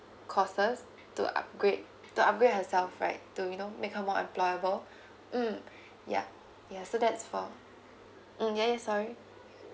courses to upgrade to upgrade herself right to you know make her more employable mm yeah yeah so that's for mm yeah yeah sorry